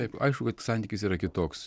taip aišku kad santykis yra kitoks